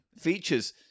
Features